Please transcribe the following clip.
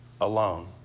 alone